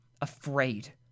afraid